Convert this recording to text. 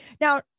Now